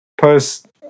post